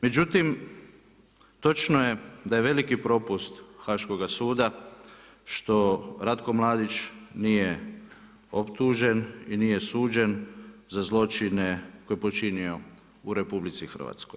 Međutim, točno je da je veliki propust haškoga suda, što Ratko Mladić nije optužen i nije suđen za zločine koje je počinio u RH.